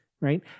right